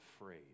afraid